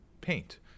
paint